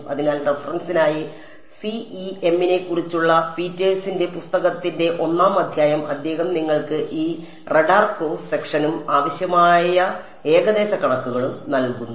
അതിനാൽ റഫറൻസിനായി സിഇഎമ്മിനെക്കുറിച്ചുള്ള പീറ്റേഴ്സന്റെ പുസ്തകത്തിന്റെ ഒന്നാം അദ്ധ്യായം അദ്ദേഹം നിങ്ങൾക്ക് ഈ റഡാർ ക്രോസ് സെക്ഷനും ആവശ്യമായ ഏകദേശ കണക്കുകളും നൽകുന്നു